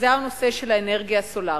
והוא הנושא של האנרגיה הסולרית.